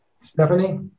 Stephanie